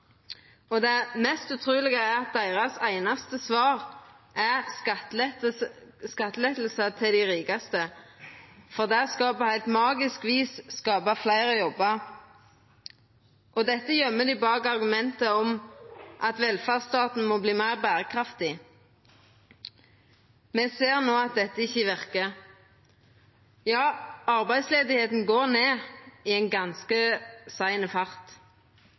og det mest utrulege er at deira einaste svar er skattelettar til dei rikaste, for det skal på heilt magisk vis skapa fleire jobbar. Dette gøymer dei bak argumentet om at velferdsstaten må verta meir berekraftig. Me ser no at dette ikkje verkar. Arbeidsløysa går ned i ganske sakte fart, men det ser verkeleg ikkje ut som ein